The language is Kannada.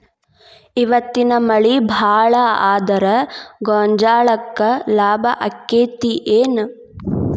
ಇವತ್ತಿನ ಮಳಿ ಭಾಳ ಆದರ ಗೊಂಜಾಳಕ್ಕ ಲಾಭ ಆಕ್ಕೆತಿ ಏನ್?